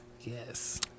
Yes